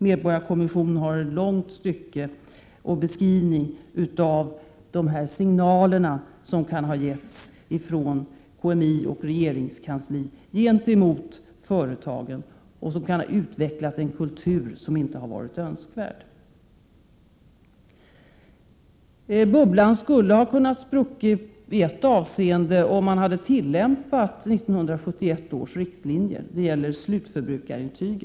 Medborgarkommissionen har i ett långt stycke beskrivit de här signalerna som kan ha getts från KMI och regeringskansliet gentemot företagen och som kan ha utvecklat en kultur som inte har varit önskvärd. Bubblan skulle ha kunnat spricka i ett avseende om man hade tillämpat 1971 års riktlinjer när det gäller slutförbrukarintyg.